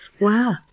Wow